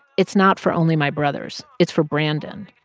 it's not for only my brothers. it's for brandon.